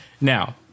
Now